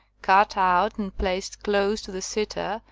cut out and placed close to the sitter,